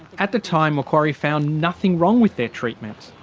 at the time macquarie found nothing wrong with their treatment.